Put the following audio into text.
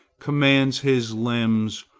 commands his limbs,